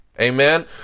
Amen